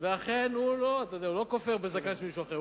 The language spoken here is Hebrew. ואכן הוא לא כופר בזקן של מישהו אחר,